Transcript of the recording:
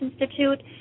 Institute